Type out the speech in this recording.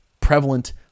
prevalent